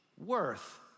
worth